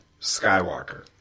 Skywalker